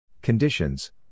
Conditions